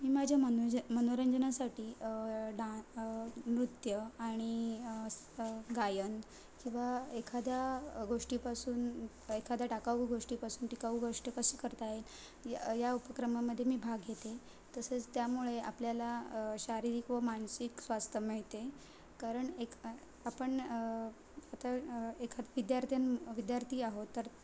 मी माझ्या मनोज मनोरंजनासाठी डान नृत्य आणि गायन किंवा एखाद्या गोष्टीपासून एखाद्या टाकाऊ गोष्टीपासून टिकाऊ गोष्ट कशी करता येईल या या उपक्रमामध्ये मी भाग घेते तसेच त्यामुळे आपल्याला शारीरिक व मानसिक स्वास्थ मिळते कारण एक आपण आता एखाद्या विद्यार्थ्यां विद्यार्थी आहो तर